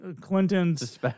Clinton's